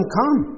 come